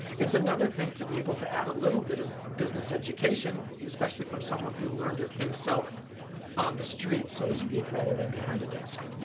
it's another thing to be able to add a little bit of business education especially from someone who learned it himself on the street, so they speak rather than behind a desk.